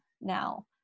now